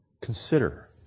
Consider